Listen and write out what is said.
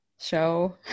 show